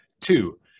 Two